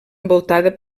envoltada